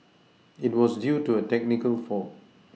it was due to a technical fault